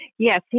Yes